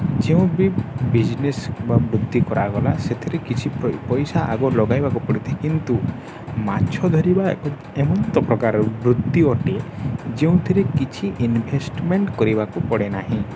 ଯେଉଁ ବି ବିଜ୍ନେସ୍ ବା ବୃତ୍ତି କରାଗଲେ ସେଥିରେ କିଛି ପଇସା ଆଗ ଲଗାଇବାକୁ ପଡ଼ିଥାଏ କିନ୍ତୁ ମାଛ ଧରିବା ଏକ ଏମନ୍ତ ପ୍ରକାରର ବୃତ୍ତି ଅଟେ ଯେଉଁଥିରେ କିଛି ଇନ୍ଭେଷ୍ଟ୍ମେଣ୍ଟ୍ କରିବାକୁ ପଡ଼େ ନାହିଁ